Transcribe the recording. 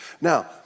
Now